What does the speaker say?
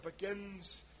begins